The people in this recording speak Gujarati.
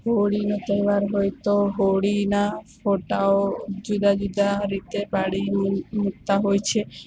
હોળીનો તહેવાર હોય તો હોળીના ફોટાઓ જુદી જુદી રીતે પાડીને મુકતા હોય છે